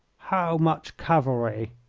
how much cavalry?